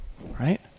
Right